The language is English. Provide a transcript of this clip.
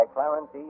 Clarence